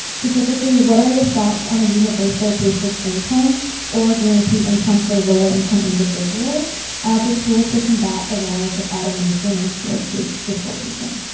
specifically what are your thoughts on a universal basic income or guaranteed income for lower income individuals as a tool to combat the rise of automation and skill-based dislocation?